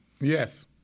Yes